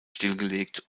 stillgelegt